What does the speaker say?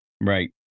Right